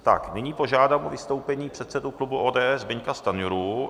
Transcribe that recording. Tak nyní požádám o vystoupení předsedu klubu ODS Zbyňka Stanjuru.